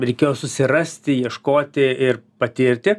reikėjo susirasti ieškoti ir patirti